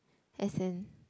as in